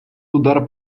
удар